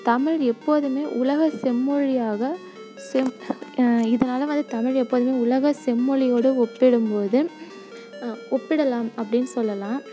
தமிழ் எப்போதுமே உலக செம்மொழியாக செம் இதனால வந்து தமிழ் எப்போதுமே உலக செம்மொழியோடு ஒப்பிடும் போது ஒப்பிடலாம் அப்படினு சொல்லெலாம்